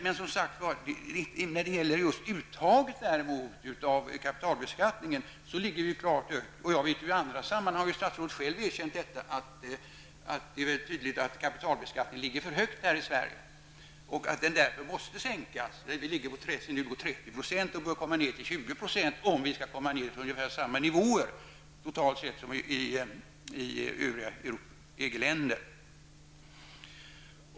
Men när det gäller uttaget av kapitalbeskattning ligger Sverige klart högt. I andra sammanhang har statsrådet själv erkänt att det är tydligt att kapitalbeskattningen ligger för högt i Sverige. Beskattningen ligger nu på 30 % och bör komma ner till 20 % för att hamna på samma nivå som övriga EG-länder.